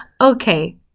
Okay